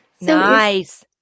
Nice